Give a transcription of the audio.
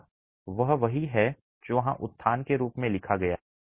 और वह वही है जो वहाँ उत्थान के रूप में लिखा गया है